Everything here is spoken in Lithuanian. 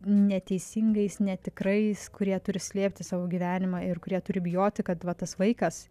neteisingais netikrais kurie turi slėpti savo gyvenimą ir kurie turi bijoti kad va tas vaikas